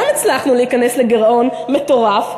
גם הצלחנו להיכנס לגירעון מטורף,